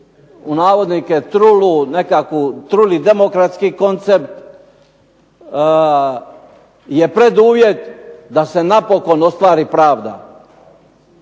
što miriše na tu "truli" demokratski koncept je preduvjet da se napokon ostvari pravda.